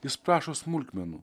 jis prašo smulkmenų